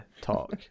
talk